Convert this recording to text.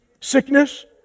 Sickness